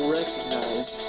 recognize